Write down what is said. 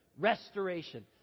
restoration